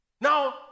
Now